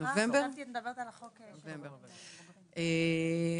בנובמבר 2021,